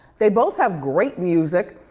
they both have great music,